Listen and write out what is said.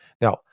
Now